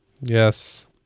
Yes